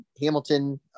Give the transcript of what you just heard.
Hamilton